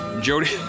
Jody